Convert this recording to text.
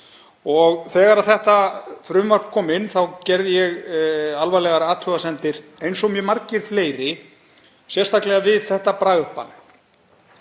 Þegar þetta frumvarp kom inn gerði ég alvarlegar athugasemdir, eins og mjög margir fleiri, sérstaklega við þetta bragðbann.